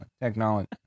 Technology